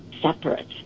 separate